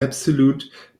absolute